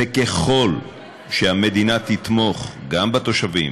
וככל שהמדינה תתמוך, גם בתושבים,